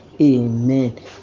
Amen